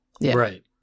Right